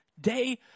day